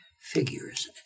figures